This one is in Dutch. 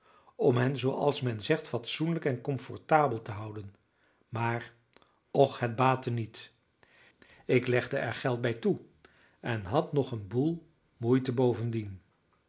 om hen zooals men zegt fatsoenlijk en comfortabel te houden maar och het baatte niet ik legde er geld bij toe en had nog een boel moeite bovendien